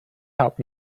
help